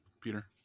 Peter